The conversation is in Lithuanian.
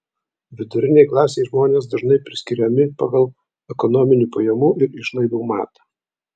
vidurinei klasei žmonės dažnai priskiriami pagal ekonominį pajamų ir išlaidų matą